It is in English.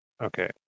Okay